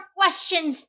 questions